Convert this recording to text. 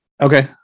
Okay